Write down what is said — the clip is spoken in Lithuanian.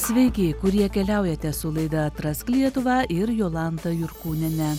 sveiki kurie keliaujate su laida atrask lietuvą ir jolanta jurkūniene